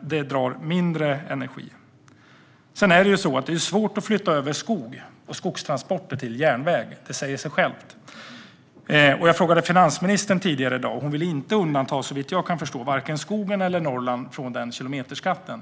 Det drar mindre energi. Det är svårt att flytta över skog och skogstransporter till järnväg. Det säger sig självt. Jag frågade finansministern tidigare i dag. Hon ville inte undanta, såvitt jag kan förstå, vare sig skogen eller Norrland från kilometerskatten.